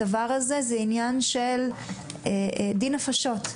הדבר הזה זה עניין של דיני נפשות.